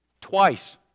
twice